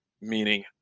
meaning